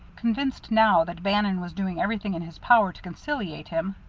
convinced now that bannon was doing everything in his power to conciliate him,